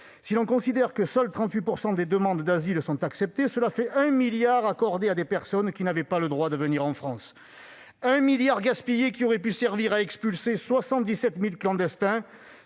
Si l'on considère que seulement 38 % des demandes d'asile sont acceptées, cela fait 1 milliard d'euros accordé à des personnes qui n'avaient pas le droit de venir en France. Ce milliard gaspillé aurait pu servir à expulser 77 000 clandestins,